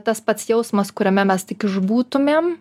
tas pats jausmas kuriame mes tik iš būtumėm